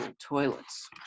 toilets